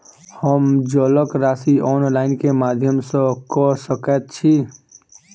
हम जलक राशि ऑनलाइन केँ माध्यम सँ कऽ सकैत छी?